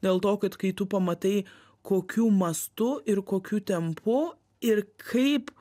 dėl to kad kai tu pamatai kokiu mastu ir kokiu tempu ir kaip